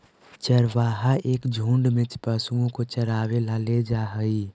चरवाहा एक झुंड में पशुओं को चरावे ला ले जा हई